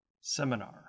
Seminar